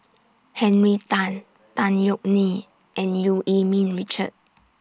Henry Tan Tan Yeok Nee and EU Yee Ming Richard